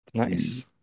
nice